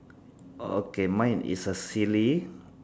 okay mine is a silly